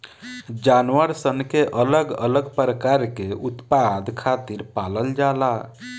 जानवर सन के अलग अलग प्रकार के उत्पाद खातिर पालल जाला